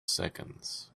seconds